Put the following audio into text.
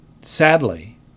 Sadly